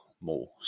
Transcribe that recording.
more